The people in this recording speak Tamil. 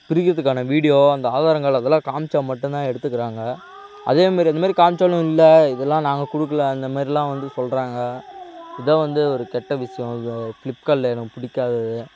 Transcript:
பிரிக்கிறதுக்கான வீடியோ அந்த ஆதாரங்கள் அதெல்லாம் காம்மிச்சா மட்டுந்தான் எடுத்துக்கிறாங்க அதேமாரி அந்தமாரி காம்மிச்சாலும் இல்லை இதெல்லாம் நாங்கள் கொடுக்கல அந்தமாரிலாம் வந்து சொல்கிறாங்க இதுதான் வந்து ஒரு கெட்ட விஷியம் ஃப்ளிப்கார்ட்டில் எனக்கு பிடிக்காதது